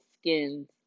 skins